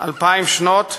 אלפיים שנות,